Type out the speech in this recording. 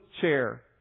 chair